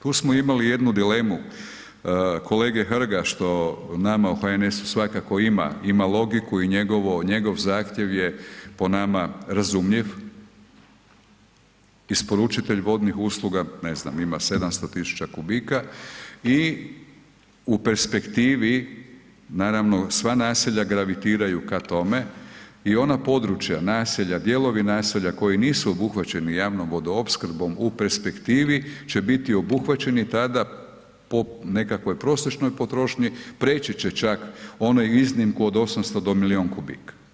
Tu smo imali jednu dilemu kolege Hrga što nama u HNS-u svakako ima, ima logiku i njegov zahtjev je po nama razumljiv, isporučitelj vodnih usluga ne znam ima 700 tisuća kubika i u perspektivi, naravno sva naselja gravitiraju ka tome i ona područja, naselja, dijelovi naselja koji nisu obuhvaćeni javnom vodoopskrbom u perspektivi će biti obuhvaćeni tada po nekakvoj prosječnoj potrošnji, prijeći će čak onu iznimku od 800 do milijun kubika.